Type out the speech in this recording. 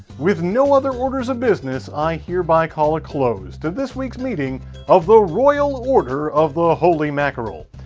with no other orders of business i hereby call a close to this week's meeting of the royal order of the holy mackerel.